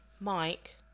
Mike